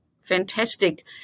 fantastic